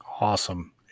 Awesome